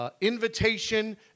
invitation